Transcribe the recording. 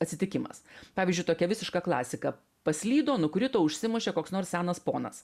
atsitikimas pavyzdžiui tokia visiška klasika paslydo nukrito užsimušė koks nors senas ponas